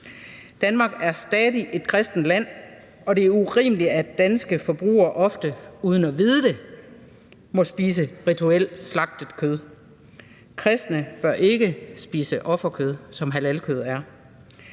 Danmark er stadig et kristent land, og det er urimeligt, at danske forbrugere, ofte uden at vide det, må spise rituelt slagtet kød. Kristne bør ikke spise offerkød, som halalkød er.